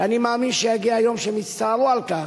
שאני מאמין שיגיע היום שהם יצטערו על כך,